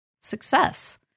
success